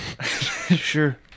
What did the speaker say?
Sure